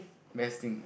best thing